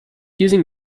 using